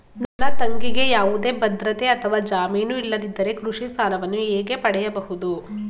ನನ್ನ ತಂಗಿಗೆ ಯಾವುದೇ ಭದ್ರತೆ ಅಥವಾ ಜಾಮೀನು ಇಲ್ಲದಿದ್ದರೆ ಕೃಷಿ ಸಾಲವನ್ನು ಹೇಗೆ ಪಡೆಯಬಹುದು?